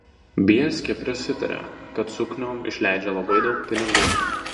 bielskė prasitarė kad sukniom išleidžia labai daug pinigų